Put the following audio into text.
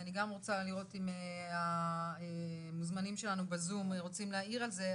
אני גם רוצה לראות אם המוזמנים שלנו בזום רוצים להעיר על זה,